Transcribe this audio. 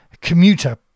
commuter